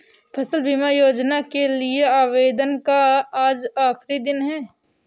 फसल बीमा योजना के लिए आवेदन का आज आखरी दिन है